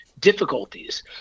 difficulties